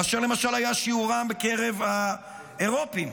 מאשר למשל היה שיעורם בקרב האירופים.